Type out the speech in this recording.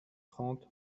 trente